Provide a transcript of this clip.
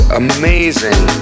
amazing